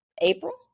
April